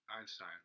Einstein